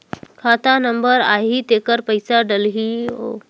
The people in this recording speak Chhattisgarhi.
खाता नंबर आही तेकर पइसा डलहीओ?